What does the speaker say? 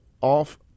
off